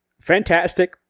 Fantastic